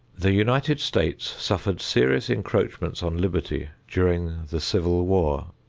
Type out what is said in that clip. the united states suffered serious encroachments on liberty during the civil war.